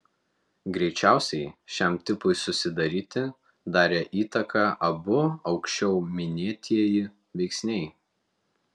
greičiausiai šiam tipui susidaryti darė įtaką abu aukščiau minėtieji veiksniai